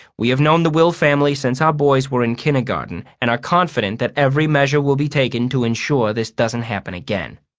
we have known the will family since our boys were in kindergarten, and are confident that every measure will be taken to ensure this doesn't happen again.